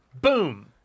Boom